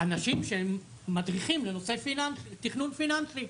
אנשים שהם מדריכים לנושא תכנון פיננסי,